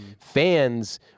Fans